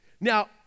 Now